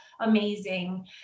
amazing